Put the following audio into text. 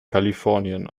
kalifornien